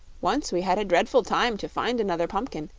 once we had a dreadful time to find another pumpkin,